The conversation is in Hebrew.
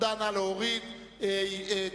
סעיף 34,